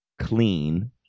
clean